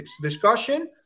discussion